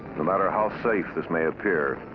no matter how safe this may appear,